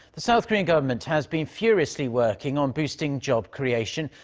the south korean government has been furiously working on boosting job creation.